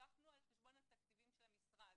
המשכו על חשבון התקציבים של המשרד.